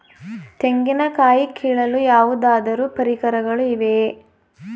ತೆಂಗಿನ ಕಾಯಿ ಕೀಳಲು ಯಾವುದಾದರು ಪರಿಕರಗಳು ಇವೆಯೇ?